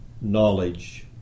knowledge